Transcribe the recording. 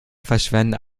verschwenden